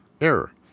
error